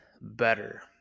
better